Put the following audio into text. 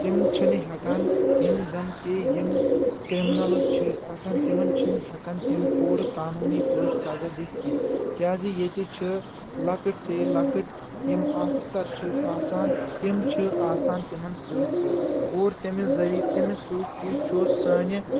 تِم چھِنہٕ ہٮ۪کان یِم زن کہِ یِم کرمنلز چھِ آسان تِمن چھِنہٕ ہٮ۪کان تِم پوٗرٕ قٲنوٗنی پٲٹھۍ سزا دِتھ کینٛہہ کیٛازِ ییٚتہِ چھِ لۄکٕٹۍ سے لۄکٕٹۍ یِم آفسر چھِ آسان تِم چھِ آسان تِمن سۭتۍ سۭتۍ اور تٔمِس ذریعہٕ تٔمِس سۭتۍ تہِ چھُ سانہِ